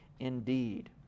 indeed